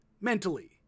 mentally